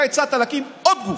אתה הצעת להקים עוד גוף,